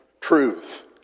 truth